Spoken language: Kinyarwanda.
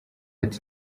ati